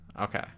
okay